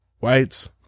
Whites